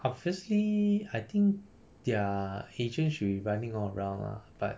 obviously I think their agent should be running all around lah but